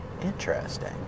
Interesting